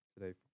today